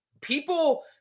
people